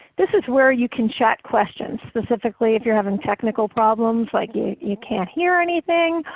this is where you can chat questions, specifically if you are having technical problems like you can't hear anything,